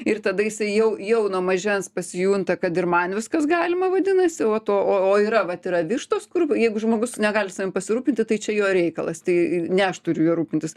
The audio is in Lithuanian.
ir tada jisai jau jau nuo mažens pasijunta kad ir man viskas galima vadinasi va o to o yra vat yra vištos kur jeigu žmogus negali savim pasirūpinti tai čia jo reikalas tai ne aš turiu juo rūpintis